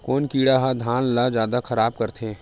कोन कीड़ा ह धान ल जादा खराब करथे?